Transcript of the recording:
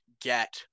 get